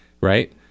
right